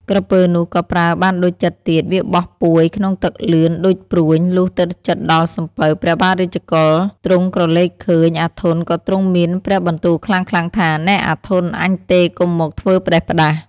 ក្រពើនោះក៏ប្រើបានដូចចិត្តទៀត វាបោះពួយក្នុងទឹកលឿនដូចព្រួញ លុះទៅជិតដល់សំពៅ ព្រះបាទរាជ កុលៗ ទ្រង់ក្រឡេកឃើញ អាធន់ ក៏ទ្រង់មានព្រះបន្ទូលខ្លាំងៗ ថា " នៃ អាធន់ ! អញទេ កុំមកធ្វើផ្តេសផ្តាស " ។